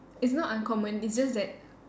it's not uncommon it's just that